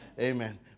Amen